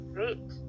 Great